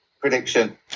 Prediction